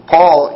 Paul